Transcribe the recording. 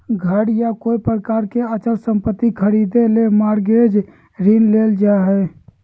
घर या कोय प्रकार के अचल संपत्ति खरीदे ले मॉरगेज ऋण लेल जा हय